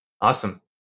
Awesome